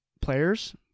players